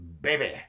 Baby